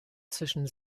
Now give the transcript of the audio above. zwischen